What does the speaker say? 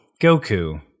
Goku